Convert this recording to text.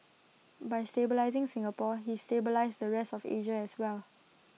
by stabilising Singapore he stabilised the rest of Asia as well